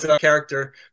character